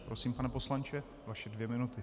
Prosím, pane poslanče, vaše dvě minuty.